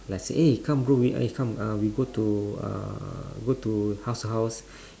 let's say eh come bro eh come we go to uh we go to house to house